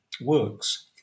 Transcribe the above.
works